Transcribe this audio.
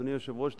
אדוני היושב-ראש,